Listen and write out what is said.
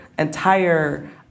entire